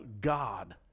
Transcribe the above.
God